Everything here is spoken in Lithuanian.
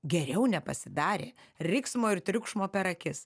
geriau nepasidarė riksmo ir triukšmo per akis